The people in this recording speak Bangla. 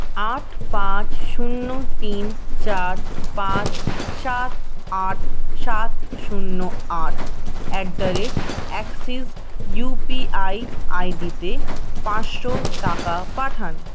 আট পাঁচ শূন্য তিন চার পাঁচ সাত আট সাত শূন্য আট at the rate Axis UPI আইডিতে পাঁচশো টাকা পাঠান